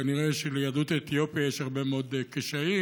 כנראה שליהדות אתיופיה יש הרבה מאוד קשיים.